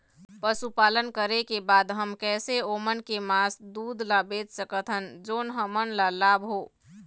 पशुपालन करें के बाद हम कैसे ओमन के मास, दूध ला बेच सकत हन जोन हमन ला लाभ हो?